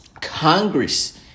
Congress